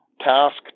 task